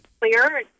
clear